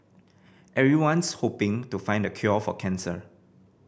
everyone's hoping to find the cure for cancer